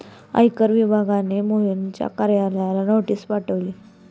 आयकर विभागाने मोहनच्या कार्यालयाला नोटीस पाठवली